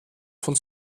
von